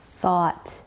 thought